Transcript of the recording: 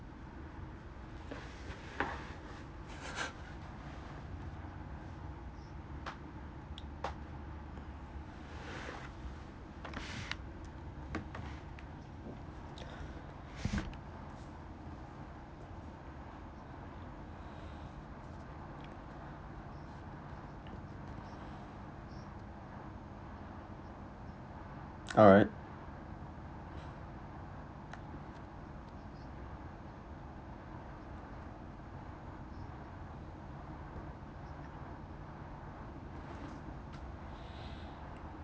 alright